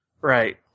Right